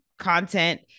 content